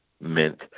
meant